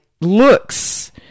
looks